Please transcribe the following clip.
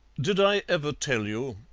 did i ever tell you,